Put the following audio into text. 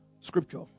Scripture